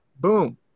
Boom